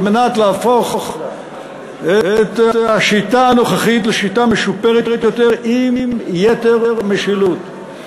על מנת להפוך את השיטה הנוכחית לשיטה משופרת עם יתר משילות.